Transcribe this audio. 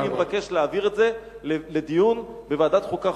לכן אני מבקש להעביר את הנושא לדיון בוועדת החוקה,